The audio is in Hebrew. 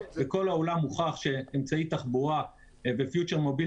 בכל העולם הוכח שאמצעי תחבורה ו future mobility